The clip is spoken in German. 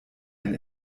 ein